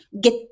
get